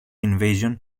invasion